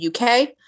UK